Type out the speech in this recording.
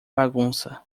bagunça